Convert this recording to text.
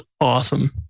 awesome